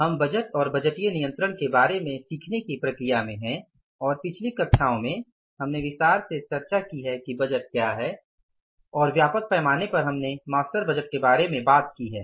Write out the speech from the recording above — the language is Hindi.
हम बजट और बजटीय नियंत्रण के बारे में सीखने की प्रक्रिया में हैं और पिछली कक्षाओं में हमने विस्तार से चर्चा की है कि बजट क्या है और व्यापक पैमाने पर हमने मास्टर बजट के बारे में बात की है